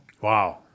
Wow